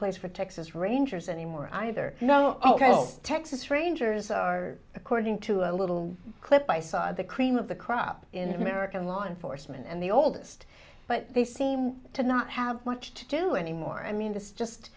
place for texas rangers anymore either no texas rangers are according to a little clip i saw the cream of the crop in american law enforcement and the oldest but they seem to not have much to do anymore i mean this just